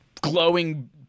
glowing